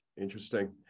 Interesting